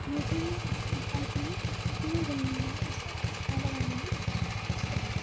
मोटरने pipe लावून पूर्ण जमिनीमध्ये असं त्याला कारणांनी पाणी सोडलं असतो